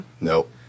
Nope